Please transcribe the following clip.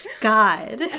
God